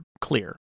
clear